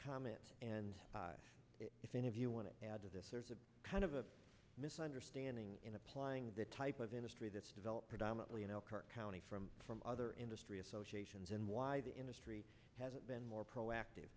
comment and if any of you want to add to this there's a kind of a misunderstanding in applying the type of industry that's developed predominately in elkhart county from from other industry associations and why the industry hasn't been more proactive